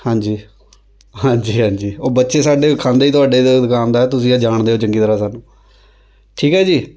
ਹਾਂਜੀ ਹਾਂਜੀ ਹਾਂਜੀ ਉਹ ਬੱਚੇ ਸਾਡੇ ਖਾਂਦੇ ਹੀ ਤੁਹਾਡੇ ਤੋਂ ਦੁਕਾਨ ਦਾ ਹੈ ਤੁਸੀਂ ਇਹ ਜਾਣਦੇ ਹੋ ਚੰਗੀ ਤਰ੍ਹਾਂ ਸਾਨੂੰ ਠੀਕ ਹੈ ਜੀ